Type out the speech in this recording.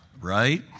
Right